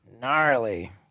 gnarly